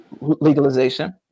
legalization